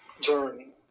journey